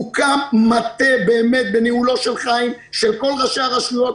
הוקם מטה בניהולו של חיים ביבס של כל ראשי הרשויות,